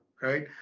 Right